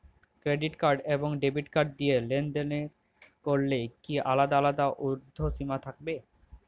Credit card এবং debit card দিয়ে লেনদেন করলে কি আলাদা আলাদা ঊর্ধ্বসীমা থাকবে?